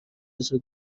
اجرا